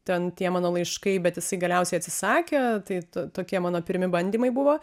ten tie mano laiškai bet jisai galiausiai atsisakė tai tu tokie mano pirmi bandymai buvo